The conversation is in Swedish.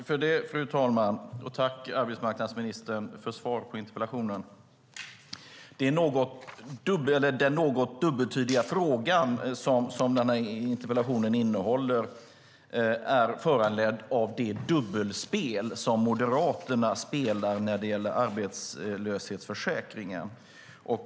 Fru talman! Tack, arbetsmarknadsministern, för svaret på interpellationen! Den något dubbeltydiga frågan i interpellationen är föranledd av det dubbelspel som Moderaterna spelar när det gäller arbetslöshetsförsäkringen.